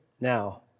now